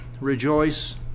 rejoice